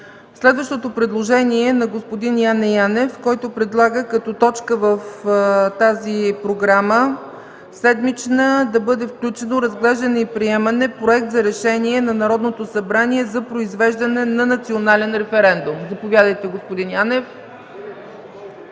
Следващото предложение е на господин Яне Янев, който предлага като точка в тази седмична програма да бъде включено разглеждане и приемане на Проект за решение на Народното събрание за произвеждане на национален референдум. Заповядайте, господин Янев.